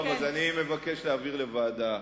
אז אני מבקש להעביר את הדיון לוועדה,